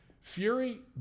Fury